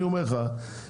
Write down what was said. אני אומר לך כן?